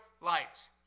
light